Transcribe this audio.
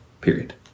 period